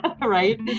right